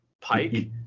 pike